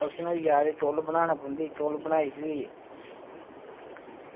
function होई जा ते चु'ल्ल बनाना पौंदी ते चु'ल्ल